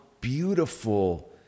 beautiful